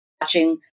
watching